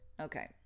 Okay